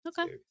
Okay